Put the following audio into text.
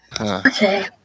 okay